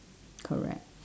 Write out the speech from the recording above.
correct